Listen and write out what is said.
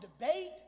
debate